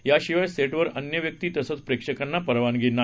याशिवाय सेटवर अन्य व्यक्ती तसंच प्रेक्षकांना परवानगी नाही